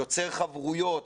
יוצר חברויות,